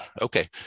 okay